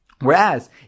Whereas